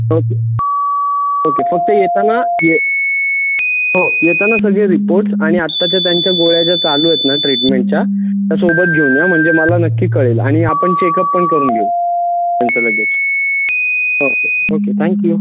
okay okay फक्त येताना ये हो येताना सगळे रिपोर्ट्स आणि आत्ताच्या त्यांच्या गोळ्या ज्या चालू आहेत ना ट्रीटमेंटच्या त्या सोबत घेऊन या म्हणजे मला नक्की कळेल आणि आपण चेकअप पण करून घेऊ त्यांचं लगेच ओके ओके थँक्यू